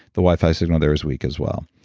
the wi-fi signal there is weak as well.